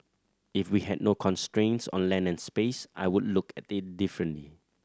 if we had no constraints on land and space I would look at it differently